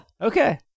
Okay